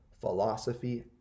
philosophy